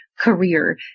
career